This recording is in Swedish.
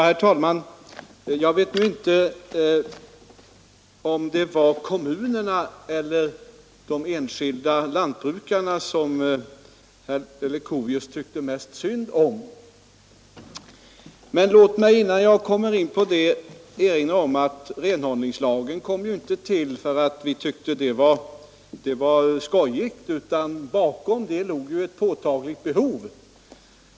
Herr talman! Jag vet nu inte om det var kommunerna eller de enskilda lantbrukarna som herr Leuchovius tyckte mest synd om. Men låt mig, innan jag kommer in på det, erinra om att renhållningslagen inte kom till därför att vi tyckte att det var skojigt, utan bakom detta låg ett påtagligt behov.